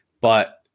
But-